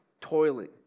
toiling